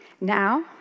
Now